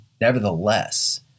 Nevertheless